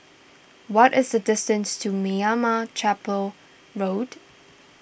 what is the distance to Meyappa Chettiar Road